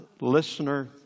listener